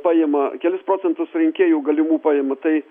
paima kelis procentus rinkėjų galimų paima tai